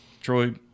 troy